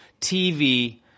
TV